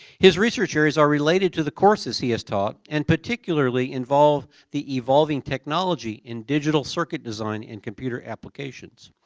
his researches are related to the courses he has taught and particularly involve the evolving technology in digital circuit design and computer applications.